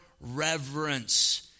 reverence